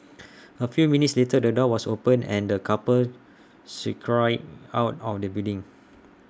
A few minutes later the door was opened and the couple scurried out of the building